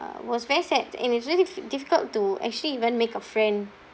was very sad and it's really diffi~ difficult to actually even make a friend